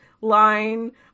line